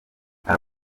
aba